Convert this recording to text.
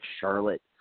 Charlotte